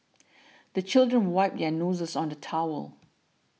the children wipe their noses on the towel